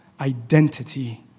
identity